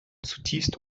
zutiefst